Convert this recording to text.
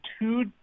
two